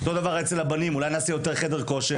אותו דבר אצל הבנים אולי נעשה יותר חדר כושר?